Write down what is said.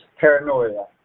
paranoia